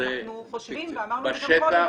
אנחנו חושבים ואמרנו את זה גם קודם